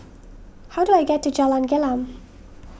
how do I get to Jalan Gelam